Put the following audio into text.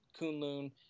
Kunlun